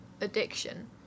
addiction